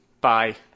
Bye